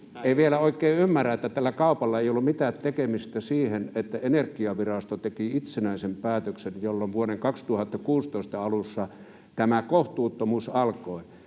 ei vielä oikein ymmärrä, että tällä kaupalla ei ollut mitään tekemistä siihen, että Energiavirasto teki itsenäisen päätöksen, jolloin vuoden 2016 alussa tämä kohtuuttomuus alkoi.